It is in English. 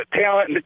talent